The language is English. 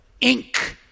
ink